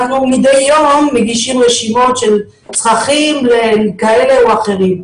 אנחנו מדי יום מגישים רשימות של צרכים כאלה או אחרים.